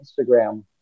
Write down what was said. Instagram